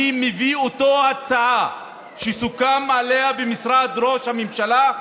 אני מביא את אותה הצעה שסוכם עליה במשרד ראש הממשלה,